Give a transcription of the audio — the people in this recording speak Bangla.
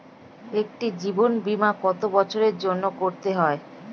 একটি জীবন বীমা কত বছরের জন্য করতে হয়?